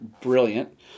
brilliant